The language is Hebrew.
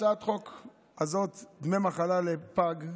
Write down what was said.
הצעת החוק הזאת, דמי מחלה לפג,